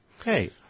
Okay